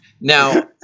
Now